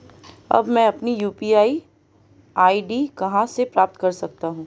अब मैं अपनी यू.पी.आई आई.डी कहां से प्राप्त कर सकता हूं?